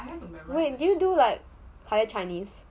wait do you do like higher chinese